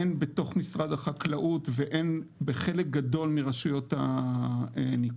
הן בתוך משרד החקלאות והן בחלק גדול מרשויות הניקוז.